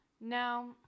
Now